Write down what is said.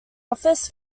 office